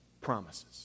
promises